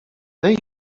tej